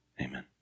amen